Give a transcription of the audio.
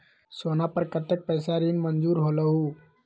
सोना पर कतेक पैसा ऋण मंजूर होलहु?